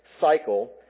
cycle